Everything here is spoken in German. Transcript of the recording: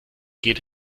geht